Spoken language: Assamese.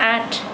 আঠ